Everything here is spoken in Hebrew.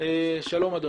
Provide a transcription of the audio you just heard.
שלום.